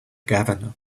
governor